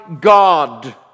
God